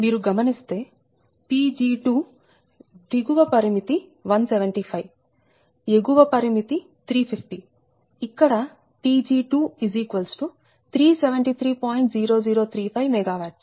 మీరు గమనిస్తే Pg2 దిగువ పరిమితి 175 ఎగువ పరిమితి 350ఇక్కడ Pg2 373